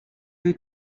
you